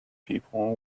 people